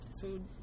Food